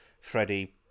Freddie